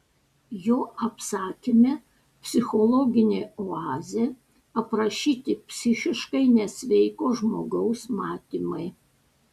jo apsakyme psichologinė oazė aprašyti psichiškai nesveiko žmogaus matymai